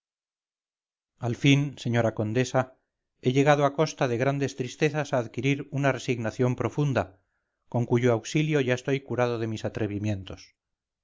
al fin señora condesa he llegado a costa de grandes tristezas a adquirir una resignación profunda con cuyo auxilio ya estoy curado de mis atrevimientos